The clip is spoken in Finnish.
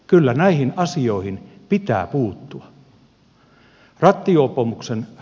kyllä näihin asioihin pitää puuttua